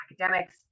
academics